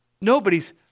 Nobody's